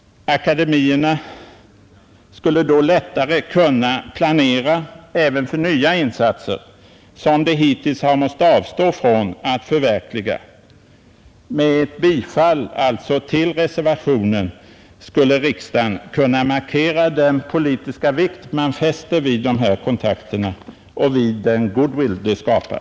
Akademierna skulle lättare kunna planera även för nya insatser som de hittills har måst avstå från att förverkliga. Med ett bifall till reservationen skulle riksdagen alltså kunna markera den politiska vikt man fäster vid dessa kontakter och vid den goodwill de skapar.